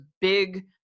big